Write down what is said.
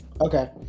Okay